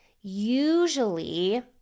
Usually